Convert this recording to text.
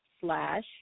slash